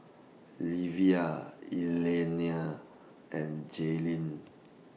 Livia Elliania and Jaelyn